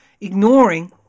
ignoring